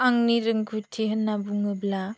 आंनि रोंगौथि होन्ना बुङोब्ला